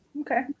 Okay